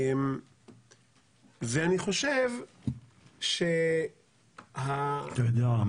אני חושב --- אתה יודע,